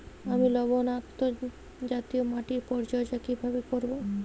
আমি লবণাক্ত জাতীয় মাটির পরিচর্যা কিভাবে করব?